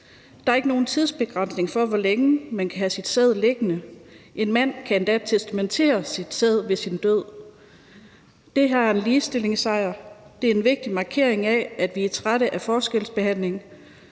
Der er ikke nogen tidsbegrænsning for, hvor længe man kan have sin sæd liggende. En mand kan endda testamentere sin sæd ved sin død. Det her er en ligestillingssejr. Det er en vigtig markering af, at vi er trætte af forskelsbehandling